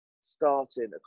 starting